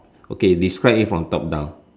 okay describe it from top down